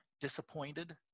disappointed